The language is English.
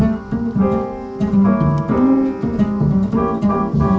no no no no